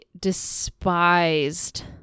despised